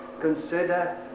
consider